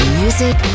music